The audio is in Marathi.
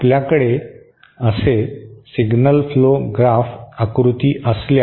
आपल्याकडे असे सिग्नल फ्लो आलेख आकृती असल्यास